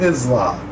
Islam